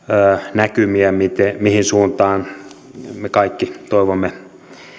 näkymiä mihin suuntaan me kaikki toivomme